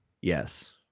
Yes